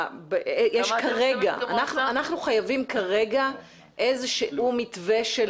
אנחנו חייבים כרגע איזשהו מתווה של